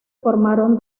formaron